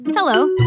Hello